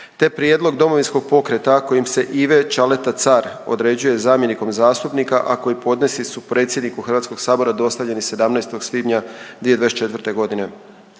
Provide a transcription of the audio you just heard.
te prijedlog Domovinskog pokreta kojim se Ive Čaleta Car određuje zamjenikom zastupnika, a koji podnesci su predsjedniku Hrvatskog sabora dostavljeni 17. svibnja 2024. godine.